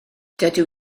dydw